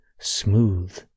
smooth